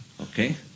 Okay